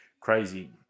crazy